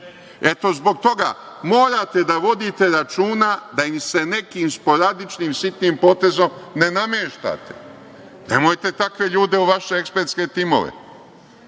Zbog toga morate da vodite računa da im se nekim sporadičnim sitnim potezom ne nameštate. Nemojte takve ljude u vaše ekspertske timove.